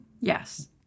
Yes